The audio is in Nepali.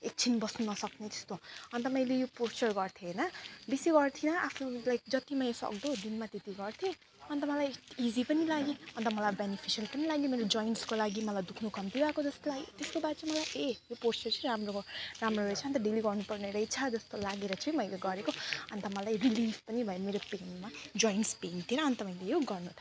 एकछिन बस्नु नसक्ने त्यस्तो अन्त मैले यो पोस्चर गर्थे होइन बेसी गर्थेन आफूलाई जति मैले सक्दो दिनमा त्यति गर्थेँ अन्त मलाई इजी पनि लाग्छ अन्त मलाई बेनिफिसियल पनि लाग्यो मलाई जोइन्ट्सको लागि मलाई दुख्नु कम्ती भएको जस्तो लाग्यो त्यसको बाद चाहिँ मलाई ए त्यो पोस्चर चाहिँ राम्रो भयो राम्रो रहेछ नि त डेली गर्नुपर्ने रहेछ जस्तो लागेर चाहिँ मैले गरेको अन्त मलाई रिलिफ पनि भयो मेरो पेनमा जोइन्ट्स पेनतिर अन्त मैले यो गर्नुथालेँ